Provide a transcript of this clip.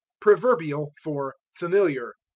proverbial for familiar.